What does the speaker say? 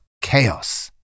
chaos